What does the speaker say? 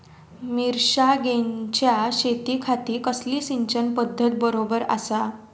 मिर्षागेंच्या शेतीखाती कसली सिंचन पध्दत बरोबर आसा?